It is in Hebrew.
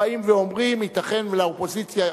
הבאים ואומרים: ייתכן שלאופוזיציה,